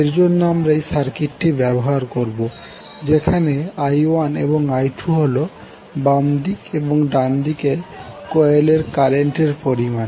এর জন্য আমরা এই সার্কিটটি ব্যবহার করব যেখানে i1 এবং i2হল বাম দিক এবং ডান দিকের কোয়েলের কারেন্ট এর পরিমান